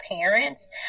parents